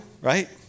right